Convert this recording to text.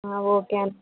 ఒక అండీ